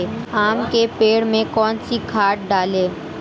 आम के पेड़ में कौन सी खाद डालें?